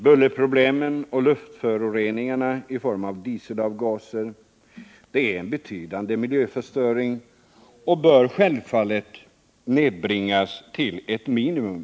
Bullret och luftföroreningar genom dieselavgaser medför betydande miljöproblem, och dessa bör självfallet nedbringas till ett minimum.